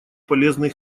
полезный